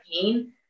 pain